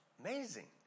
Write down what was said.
Amazing